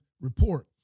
report